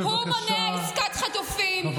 הוא מונע עסקת חטופים.